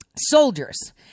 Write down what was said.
Soldiers